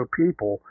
people